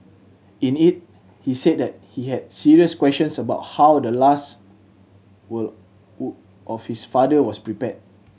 in it he said that he had serious questions about how the last will of his father was prepared